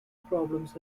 problems